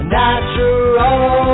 natural